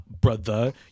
brother